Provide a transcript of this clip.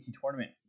tournament